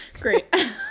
Great